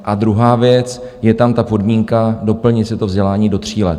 A druhá věc, je tam podmínka doplnit si vzdělání do tří let.